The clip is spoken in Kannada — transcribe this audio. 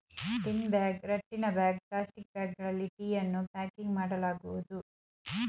ಟಿನ್ ಬ್ಯಾಗ್, ರಟ್ಟಿನ ಬ್ಯಾಗ್, ಪ್ಲಾಸ್ಟಿಕ್ ಬ್ಯಾಗ್ಗಳಲ್ಲಿ ಟೀಯನ್ನು ಪ್ಯಾಕಿಂಗ್ ಮಾಡಲಾಗುವುದು